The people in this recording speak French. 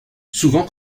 souvent